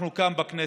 אנחנו כאן, בכנסת,